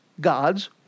God's